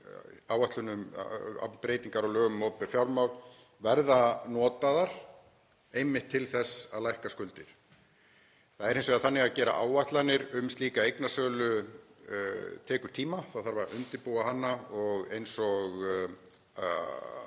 áætlun um breytingar á lögum um opinber fjármál verða notaðar einmitt til þess að lækka skuldir. Það er hins vegar þannig að það að gera áætlanir um slíka eignasölu tekur tíma. Það þarf að undirbúa hana og eins og